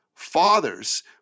fathers